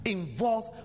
involves